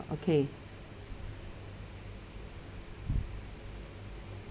okay